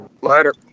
Later